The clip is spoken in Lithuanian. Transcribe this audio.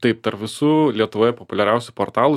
taip tar visų lietuvoje populiariausių portalų